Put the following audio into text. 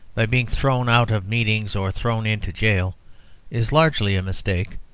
by being thrown out of meetings or thrown into jail is largely a mistake.